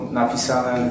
napisane